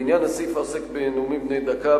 לעניין הסעיף העוסק בנאומים בני דקה,